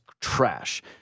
trash